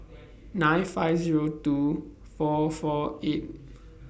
nine five Zero two four four eight